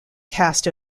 cast